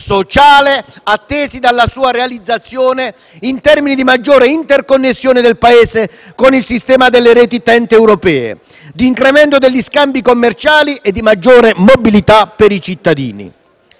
sociale attesi dalla realizzazione della stessa in termini di maggiore interconnessione del Paese con il sistema delle reti TEN-T europee, di incremento degli scambi commerciali e di maggiore mobilità per i cittadini.